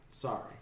Sorry